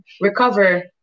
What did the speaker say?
recover